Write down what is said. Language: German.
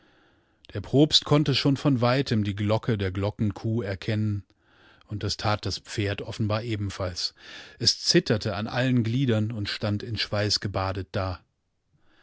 der propst konnte schon von weitem die glocke der glockenkuh erkennen und das tat das pferd offenbar ebenfalls es zitterte an allen gliedern und stand in schweiß gebadet da